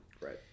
Right